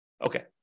Okay